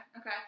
okay